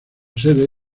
sede